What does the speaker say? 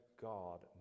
God